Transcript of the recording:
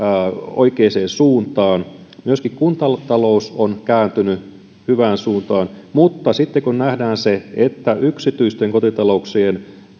oikeaan suuntaan myöskin kuntatalous on kääntynyt hyvään suuntaan mutta sitten kun nähdään se että yksityisten kotitalouksien